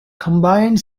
combined